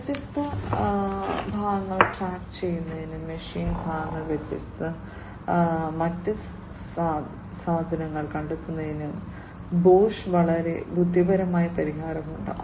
വ്യത്യസ്ത ഭാഗങ്ങൾ ട്രാക്ക് ചെയ്യുന്നതിനും മെഷീൻ ഭാഗങ്ങൾ വ്യത്യസ്ത മറ്റ് സാധനങ്ങൾ കണ്ടെത്തുന്നതിനും ബോഷ് വളരെ ബുദ്ധിപരമായ പരിഹാരം ഉണ്ട്